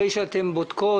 אחרי שתבדקו,